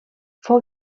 fou